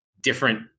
different